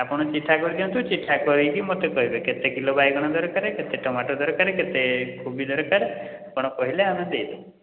ଆପଣ ଚିଠା କରି ଦିଅନ୍ତୁ ଚିଠା କରିକି ମୋତେ କହିବେ କେତେ କିଲୋ ବାଇଗଣ ଦରକାର କେତେ ଟମାଟୋ ଦରକାର କେତେ କୋବି ଦରକାର ଆପଣ କହିଲେ ଆମେ ଦେଇଦେବୁ